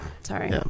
sorry